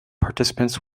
participants